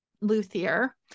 luthier